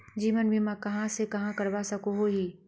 जीवन बीमा कहाँ कहाँ से करवा सकोहो ही?